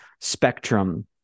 spectrum